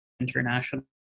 international